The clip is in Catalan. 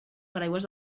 paraigües